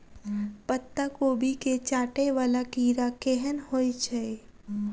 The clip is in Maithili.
पत्ता कोबी केँ चाटय वला कीड़ा केहन होइ छै?